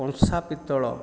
କଂସା ପିତଳ